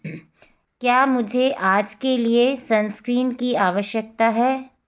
क्या मुझे आज के लिए सनस्क्रीन की आवश्यकता है